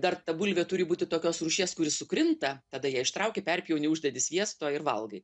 dar ta bulvė turi būti tokios rūšies kuri sukrinta tada ją ištrauki perpjauni uždedi sviesto ir valgai